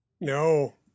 No